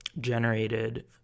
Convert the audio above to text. generated